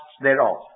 thereof